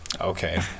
Okay